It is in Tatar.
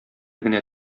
генә